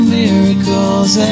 miracle's